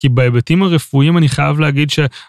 כי בהיבטים הרפואיים אני חייב להגיד ש...